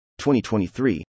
2023